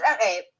okay